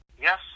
Yes